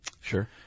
Sure